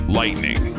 lightning